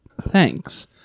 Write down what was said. thanks